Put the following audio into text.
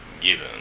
given